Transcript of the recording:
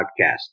podcast